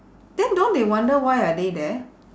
then don't they wonder why are they there